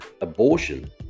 abortion